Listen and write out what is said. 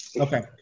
Okay